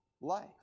life